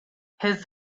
his